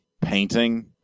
painting